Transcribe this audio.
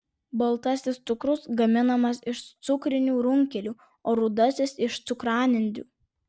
baltasis cukrus gaminamas iš cukrinių runkelių o rudasis iš cukranendrių